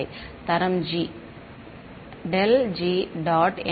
மாணவர் தரம் g